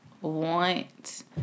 want